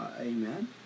Amen